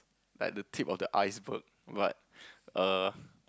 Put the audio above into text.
like the tip of the iceberg but err